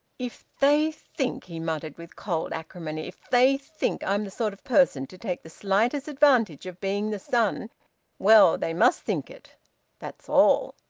if they think, he muttered, with cold acrimony if they think i'm the sort of person to take the slightest advantage of being the son well, they must think it that's all!